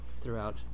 throughout